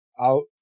out